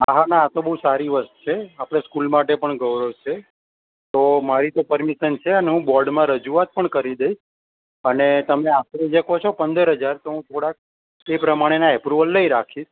હા હા ના ના આ તો બહુ સારી વાત છે આપણી સ્કૂલ માટે પણ ગૌરવ છે તો મારી તો પરમીશન છે ને હું બોર્ડમાં રજુઆત પણ કરી દઇશ અને તમે આપણે જે કહો છો પંદર હજાર તો હું થોડાક એ પ્રમાણેના એપ્રુવલ લઈ રાખીશ